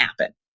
happen